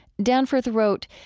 danforth wrote,